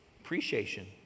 appreciation